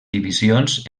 divisions